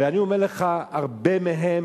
ואני אומר לך, הרבה מהם